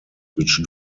which